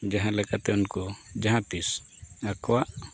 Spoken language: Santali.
ᱡᱟᱦᱟᱸ ᱞᱮᱠᱟᱛᱮ ᱩᱱᱠᱩ ᱡᱟᱦᱟᱸ ᱛᱤᱥ ᱟᱠᱚᱣᱟᱜ